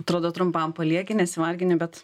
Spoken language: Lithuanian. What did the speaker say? atrodo trumpam palieki nesivargini bet